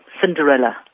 Cinderella